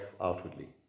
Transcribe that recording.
outwardly